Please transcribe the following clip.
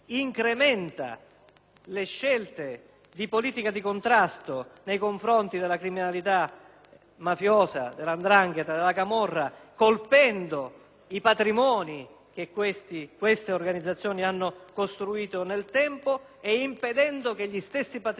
le scelte di politica di contrasto nei confronti della criminalità mafiosa, della 'ndrangheta, della camorra, colpendo i patrimoni che queste organizzazioni hanno costruito nel tempo e impedendo che gli stessi patrimoni possano diventare